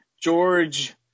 George